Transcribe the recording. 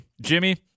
Jimmy